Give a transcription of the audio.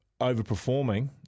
overperforming